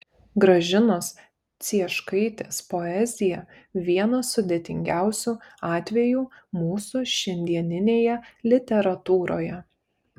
gražinos cieškaitės poezija vienas sudėtingiausių atvejų mūsų šiandieninėje literatūroje